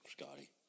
Scotty